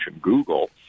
Google